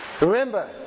Remember